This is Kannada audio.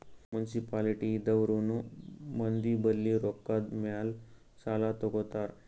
ಮುನ್ಸಿಪಾಲಿಟಿ ದವ್ರನು ಮಂದಿ ಬಲ್ಲಿ ರೊಕ್ಕಾದ್ ಮ್ಯಾಲ್ ಸಾಲಾ ತಗೋತಾರ್